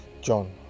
John